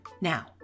Now